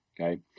Okay